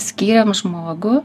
skyrėm žmogų